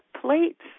plates